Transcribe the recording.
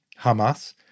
Hamas